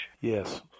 Yes